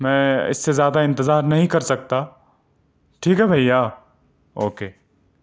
میں اس سے زیادہ انتظار ںہیں کر سکتا ٹھیک ہے بھیّا اوکے